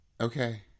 Okay